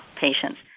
patients